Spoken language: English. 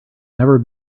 never